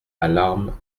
alarme